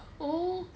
oh